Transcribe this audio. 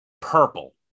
purple